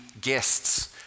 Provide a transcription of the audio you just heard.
guests